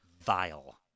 vile